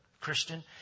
Christian